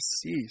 cease